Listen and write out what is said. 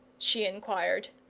she inquired.